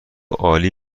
عالی